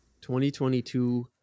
2022